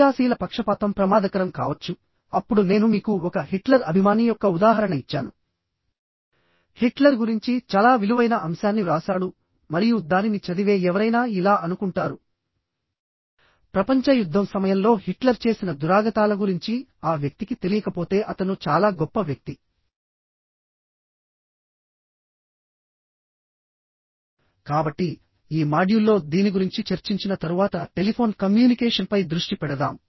క్రియాశీల పక్షపాతం ప్రమాదకరం కావచ్చుఅప్పుడు నేను మీకు ఒక హిట్లర్ అభిమాని యొక్క ఉదాహరణ ఇచ్చాను హిట్లర్ గురించి చాలా విలువైన అంశాన్ని వ్రాసాడు మరియు దానిని చదివే ఎవరైనా ఇలా అనుకుంటారు ప్రపంచ యుద్ధం సమయంలో హిట్లర్ చేసిన దురాగతాల గురించి ఆ వ్యక్తికి తెలియకపోతే అతను చాలా గొప్ప వ్యక్తి కాబట్టిఈ మాడ్యూల్లో దీని గురించి చర్చించిన తరువాత టెలిఫోన్ కమ్యూనికేషన్పై దృష్టి పెడదాం